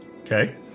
Okay